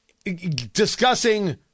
discussing